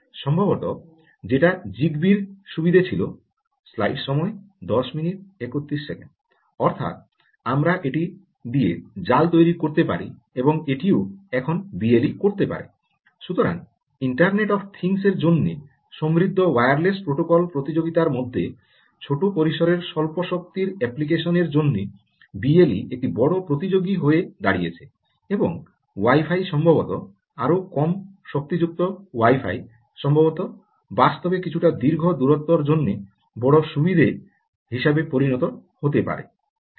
সম্ভবত যেটা জিগবি র সুবিধা ছিল সম্ভবত বাস্তবে কিছুটা দীর্ঘ দূরত্বর জন্য বড় সুবিধা হিসাবে পরিণত হতে পারে